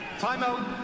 Timeout